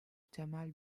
temel